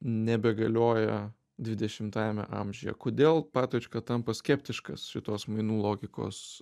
nebegalioja dvidešimtajame amžiuje kodėl patočka tampa skeptiškas šitos mainų logikos